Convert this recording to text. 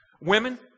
Women